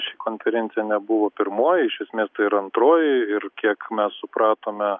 ši konferencija nebuvo pirmoji iš esmės tai yra antroji ir kiek mes supratome